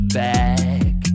back